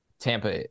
Tampa